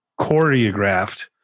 choreographed